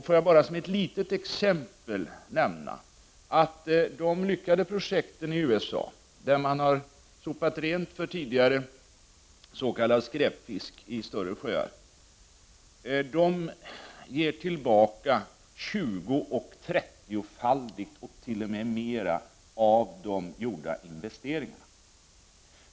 Får jag bara som ett litet exempel nämna att de lyckade projekten i USA, där man sopat rent när det gäller tidigare s.k. skräpfisk i större sjöar, ger tillbaka tjugooch trettiofalt och t.o.m. mer av de gjorda investeringarna.